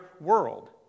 world